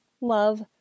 love